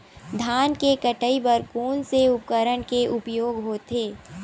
धान के कटाई बर कोन से उपकरण के उपयोग होथे?